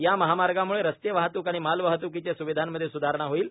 या महामार्गांम्ळे रस्ते वाहत्क आणि मालवाहत्कीची स्विधामध्ये स्धारणा होईल